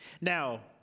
Now